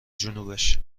جنوبش